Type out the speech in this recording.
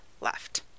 left